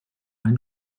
ein